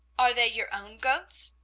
are they your own goats?